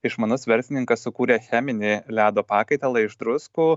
išmanus verslininkas sukūrė cheminį ledo pakaitalą iš druskų